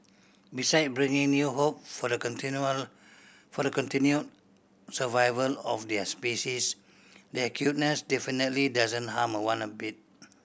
beside bringing new hope for the continued for the continued survival of their species their cuteness definitely doesn't harm one of bit